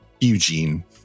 Eugene